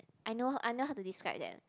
I know I know how to describe that